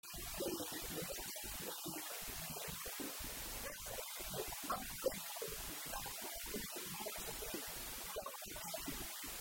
לעומת זאת, קרבן תמיד או בעיקר קרבנות תמיד או קורבן המוספים או עבודת יום הכיפורים